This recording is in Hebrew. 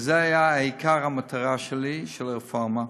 וזה היה עיקר המטרה שלי, של הרפורמה,